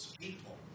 people